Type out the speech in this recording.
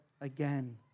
again